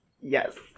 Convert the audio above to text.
yes